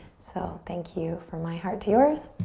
so thank you from my heart to yours.